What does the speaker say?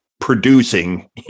producing